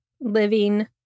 living